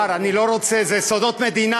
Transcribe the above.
כבוד השר, אני לא רוצה, זה סודות מדינה.